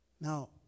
Now